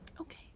Okay